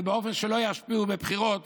ובאופן שלא ישפיעו בבחירות